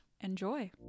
enjoy